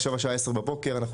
עכשיו השעה פה 10:00 בבוקר.